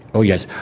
oh yes,